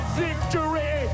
victory